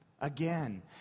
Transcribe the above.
again